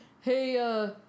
hey